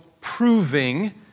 proving